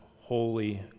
holy